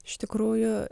iš tikrųjų